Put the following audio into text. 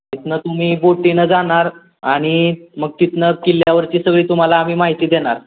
तिथनं तुम्ही बोटीनं जाणार आणि मग तिथनं किल्ल्यावरची सगळी तुम्हाला आम्ही माहिती देणार